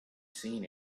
seen